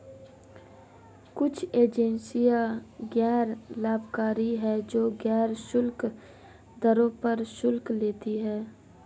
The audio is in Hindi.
कुछ एजेंसियां गैर लाभकारी हैं, जो गैर शुल्क दरों पर शुल्क लेती हैं